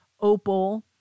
opal